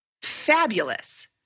Fabulous